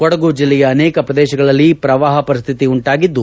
ಕೊಡಗು ಜಿಲ್ಲೆಯ ಅನೇಕ ಪ್ರದೇಶಗಳಲ್ಲಿ ಪ್ರವಾಹ ಪರಿಸ್ಥಿತಿ ಉಂಟಾಗಿದ್ದು